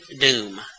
doom